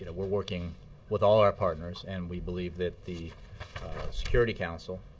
ah we're working with all our partners, and we believe that the security council